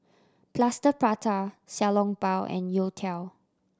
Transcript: Plaster Prata Xiao Long Bao and youtiao